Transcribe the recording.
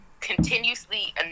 continuously